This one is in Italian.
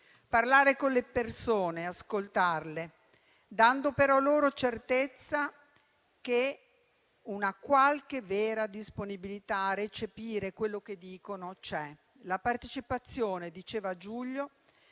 Parlare con le persone e ascoltarle, dando però loro certezza che una qualche vera disponibilità a recepire quello che dicono c'è. La partecipazione - diceva Giulio